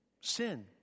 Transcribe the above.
Sin